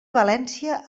valència